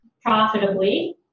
profitably